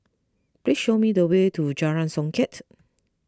please show me the way to Jalan Songket